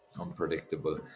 unpredictable